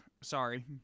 Sorry